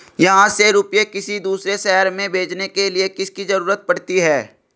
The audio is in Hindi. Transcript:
यहाँ से रुपये किसी दूसरे शहर में भेजने के लिए किसकी जरूरत पड़ती है?